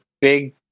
big